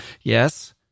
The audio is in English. Yes